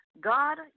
God